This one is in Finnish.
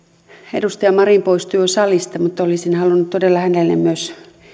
edustaja marin poistui jo salista mutta olisin halunnut todella hänelle myös